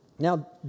Now